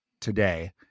today